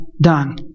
done